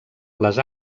les